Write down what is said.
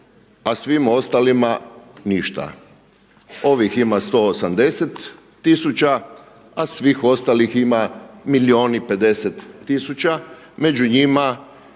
a svim ostalima ništa. Ovih ima 180000, a svih ostalih ima milijun i 50000. Među njima